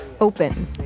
open